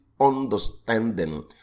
understanding